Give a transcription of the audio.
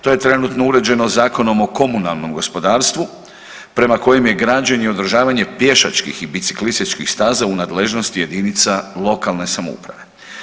To je trenutno uređeno Zakonom o komunalnom gospodarstvu, prema kojem je građenje i održavanje pješačkih i biciklističkih staza u nadležnosti jedinica lokalne samouprave.